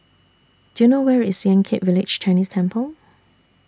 Do YOU know Where IS Yan Kit Village Chinese Temple